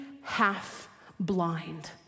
half-blind